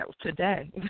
today